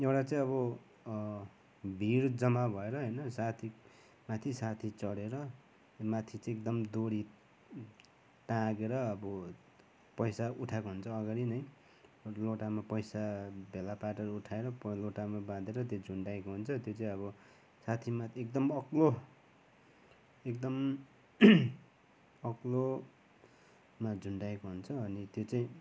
एउटा चाहिँ अब भिड जम्मा भएर होइन साथीमाथि साथी चढेर माथि चाहिँ एकदम दोरी टाँगेर अबो पैसा उठाएको हुन्छ अगाडि नै लोटामा पैसा भेला पारेर उठाएर लोटामा बाँधेर त्यो झुन्ड्याएको हुन्छ त्यो चाहिँ अब साथी माथि एकदम अग्लो एकदम अग्लोमा झुन्ड्याएको हुन्छ त्यो चाहिँ